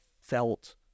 felt